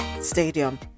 stadium